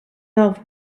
love